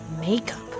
makeup